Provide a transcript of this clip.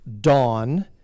dawn